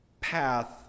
path